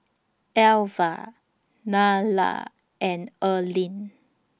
Elva Nylah and Erling